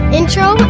intro